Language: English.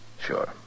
Sure